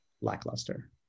lackluster